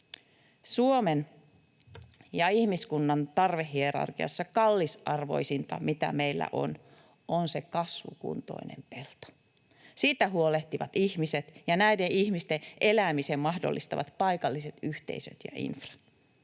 Suomen ja ihmiskunnan tarvehierarkiassa kallisarvoisinta, mitä meillä on, on se kasvukuntoinen pelto, siitä huolehtivat ihmiset ja näiden ihmisten elämisen mahdollistavat paikalliset yhteisöt ja infra.